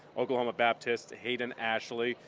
oklahoma baptist hayden ashley.